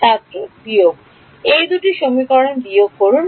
ছাত্র বিয়োগ এই দুটি সমীকরণ বিয়োগ করুন